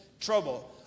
trouble